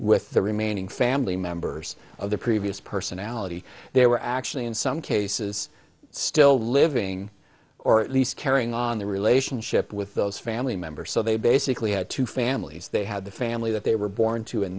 with the remaining family members of the previous personality they were actually in some cases still living or at least carrying on the relationship with those family members so they basically had two families they had the family that they were born to in